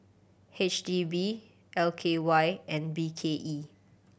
H D B L K Y and B K E